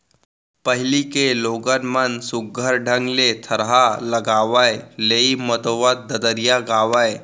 पहिली के लोगन मन सुग्घर ढंग ले थरहा लगावय, लेइ मतोवत ददरिया गावयँ